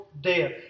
death